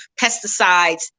pesticides